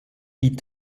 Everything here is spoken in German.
die